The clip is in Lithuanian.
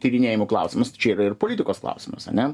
tyrinėjimų klausimas tai čia yra ir politikos klausimus ane